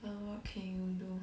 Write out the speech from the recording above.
but what can you do